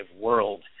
world